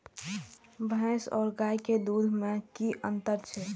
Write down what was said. भैस और गाय के दूध में कि अंतर छै?